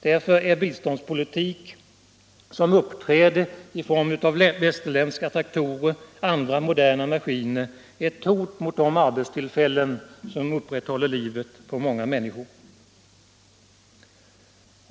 Därför är biståndspolitik som uppträder i form av västerländska traktorer och andra moderna maskiner ett hot mot de arbetstillfällen som upprätthåller livet på många människor.